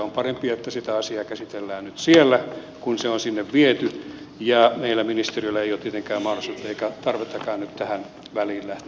on parempi että sitä asiaa käsitellään nyt siellä kun se on sinne viety ja meillä ministeriöllä ei mitenkään vaan siitä tarvitse välittää välittää